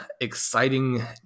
exciting